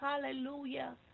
Hallelujah